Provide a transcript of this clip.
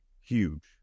huge